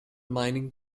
mining